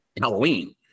Halloween